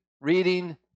reading